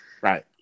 Right